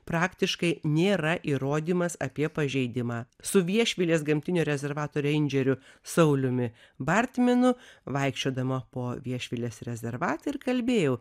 praktiškai nėra įrodymas apie pažeidimą su viešvilės gamtinio rezervato reindžeriu sauliumi bartminu vaikščiodama po viešvilės rezervatą ir kalbėjau